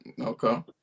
okay